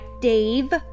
Dave